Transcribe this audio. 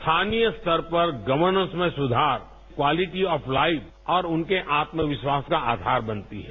स्थानीय स्तर पर गर्वनेंस में सुधार क्वालिटी ऑफ लाइफ और उनके आत्मविश्वास का आधार बनती है